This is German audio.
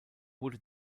wurde